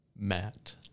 matt